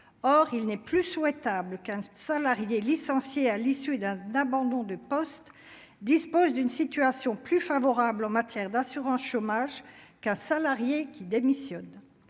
or il n'est plus souhaitable qu'un salarié licencié à l'issue d'un abandon de poste, dispose d'une situation plus favorable en matière d'assurance chômage qu'un salarié qui démissionne